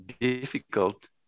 difficult